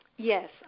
Yes